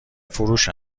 فروش